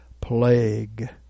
plague